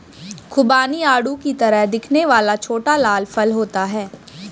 खुबानी आड़ू की तरह दिखने वाला छोटा लाल फल होता है